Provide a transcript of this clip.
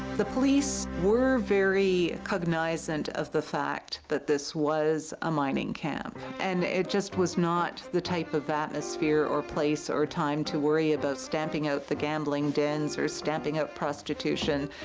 the police were very cognizant of the fact that this was a mining camp. and it just was not the type of atmosphere or place or time to worry about stamping out the gambling dens or stamping out prostitution.